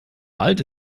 bald